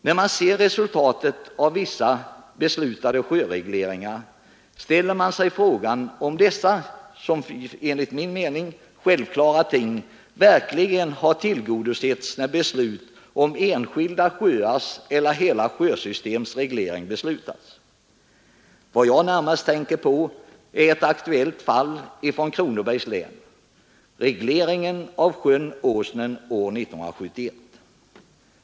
När man ser resultaten av vissa sjöregleringar ställer man sig frågan om dessa enligt min mening självklara ting verkligen har tillgodosetts när beslut om enskilda sjöars eller hela sjösystems reglering fastställts. Jag tänker närmast på ett aktuellt fall ifrån Kronobergs län — regleringen av sjön Åsnen år 1971.